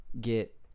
get